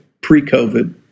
pre-COVID